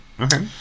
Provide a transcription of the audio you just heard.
Okay